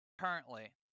currently